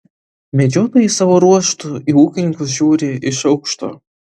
medžiotojai savo ruožtu į ūkininkus žiūri iš aukšto